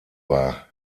war